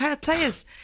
players